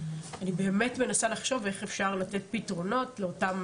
אני באמת מנסה לחשוב איך אפשר לתת פתרונות לאותם